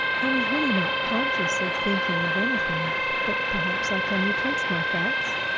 i was really not conscious of thinking of anything but perhaps i can retrace my thoughts.